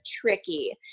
tricky